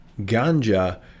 ganja